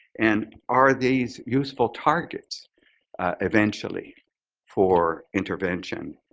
and are these useful targets eventually for intervention,